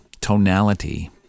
tonality